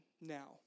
now